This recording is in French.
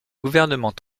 gouvernement